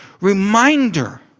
reminder